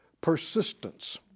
persistence